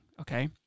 Okay